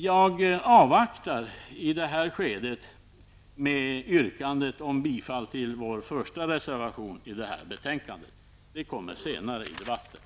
Jag avvaktar i det här skedet med yrkandet om bifall till vår första reservation i det här betänkandet. Det kommer senare i debatten.